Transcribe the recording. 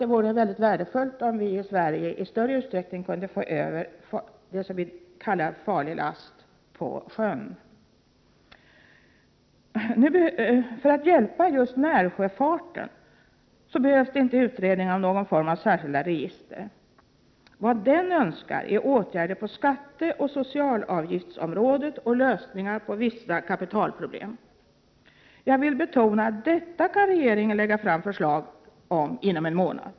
Det vore värdefullt om vi i Sverige i större utsträckning förde den över på sjön. För att hjälpa just närsjöfarten behövs inte utredningar om någon form av särskilda register. Vad den behöver är åtgärder på skatteoch socialavgiftsområdet och lösningar på vissa kapitalproblem. Jag vill betona: detta kan regeringen lägga fram förslag om inom en månad.